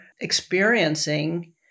experiencing